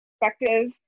perspective